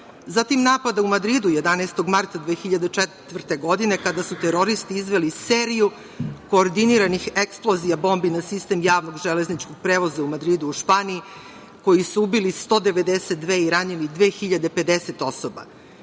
Zatim, napada u Madridu 11. marta 2004. godine, kada su teroristi izveli seriju koordiniranih eksplozija bombi na sistem javnog železničkog prevoza u Madridu u Španiji, koji su ubili 192 i ranili 2050 osoba.